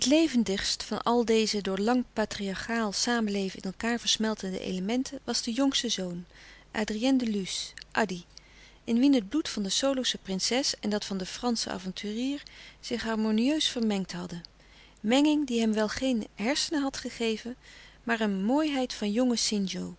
levendigst van al deze door lang patriarchaal samenleven in elkaâr versmeltende elementen was de jongste zoon adrien de luce addy in wien het bloed van de solosche prinses en dat van den franschen avonturier zich harmonieus vermengd hadden menging die hem wel geen hersenen had gegeven maar een mooiheid van jongen sinjo